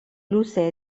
luze